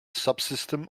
subsystem